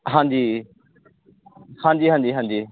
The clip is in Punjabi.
ਹਾਂਜੀ ਹਾਂਜੀ ਹਾਂਜੀ ਹਾਂਜੀ